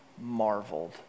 marveled